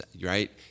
right